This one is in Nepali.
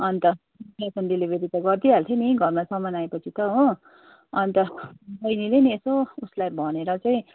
अन्त क्यास अन डेलिभरी गरिदिई हाल्छु नि घरमा सामान आएपछि त हो अन्त बैनीले नि यसो उसलाई भनेर चाहिँ